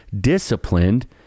disciplined